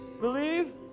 believe